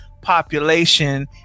population